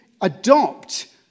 adopt